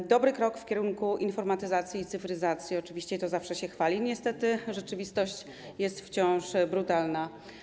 To dobry krok w kierunku informatyzacji i cyfryzacji, co oczywiście zawsze się chwali, niestety rzeczywistość wciąż jest brutalna.